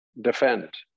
defend